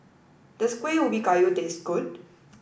does Kueh Ubi Kayu taste good